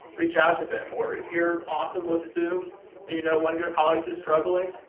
reach out to them. or if you're awesome with zoom and you know one of your colleagues is struggling,